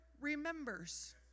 remembers